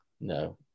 No